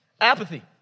Apathy